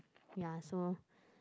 ya so